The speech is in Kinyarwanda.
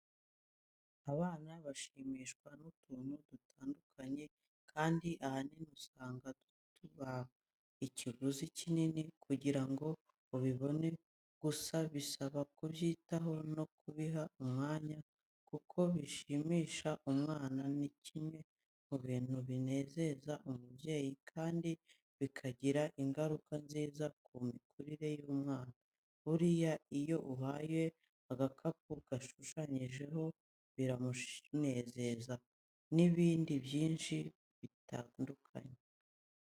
Abana bashimishwa n'utuntu dutandukanye kandi ahanini usanga tudasaba ikiguzi kinini kugira ngo ubibone, gusa bisaba kubyitaho no kubiha umwanya kuko gushimisha umwana ni kimwe mu bintu binezeza umubyeyi kandi bikagira ingaruka nziza ku mikurire y'umwana. Buriya iyo umuhaye agakapu gashushanyijeho biramunezeza n'ibindi byinshi bitandukanye.